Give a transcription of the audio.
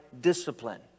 discipline